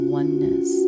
oneness